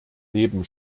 leben